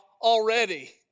already